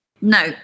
no